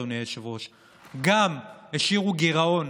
אדוני היושב-ראש: גם השאירו גירעון